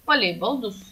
palei baldus